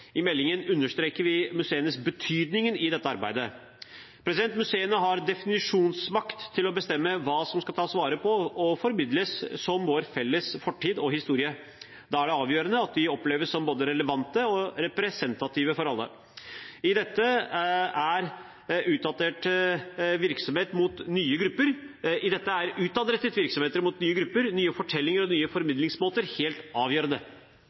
I meldingen understreker vi museenes betydning i dette arbeidet. Museene har definisjonsmakt til å bestemme hva som skal tas vare på og formidles som vår felles fortid og historie. Da er det avgjørende at de oppleves som relevante og representative for alle. I dette er utadrettet virksomhet mot nye grupper, nye fortellinger og nye formidlingsmåter helt avgjørende. Vi har tillit til at museene både forstår og